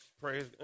praise